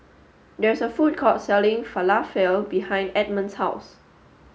there is a food court selling Falafel behind Edmund's house